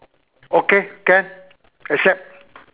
okay can accept